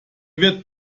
wird